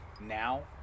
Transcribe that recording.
now